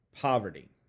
poverty